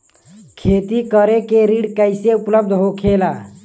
खेती करे के ऋण कैसे उपलब्ध होखेला?